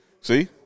See